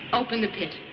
open the pit.